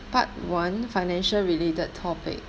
part one financial related topic